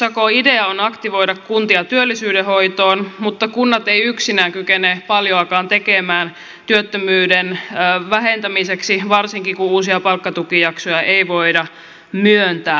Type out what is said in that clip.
työttömyyssakon idea on aktivoida kuntia työllisyyden hoitoon mutta kunnat eivät yksinään kykene paljoakaan tekemään työttömyyden vähentämiseksi varsinkin kun uusia palkkatukijaksoja ei voida myöntää